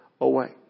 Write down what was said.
away